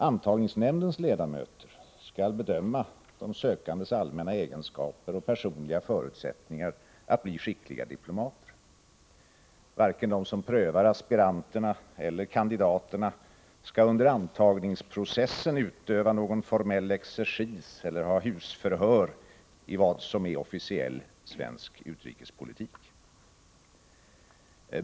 Antagningsnämndens ledamöter skall bedöma de sökandes allmänna egenskaper och personliga förutsättningar att bli skickliga diplomater. Varken de som prövar aspiranterna eller kandidaterna skall under antagningsprocessen utöva någon formell exercis eller ha husförhör i vad som är officiell svensk utrikespolitik.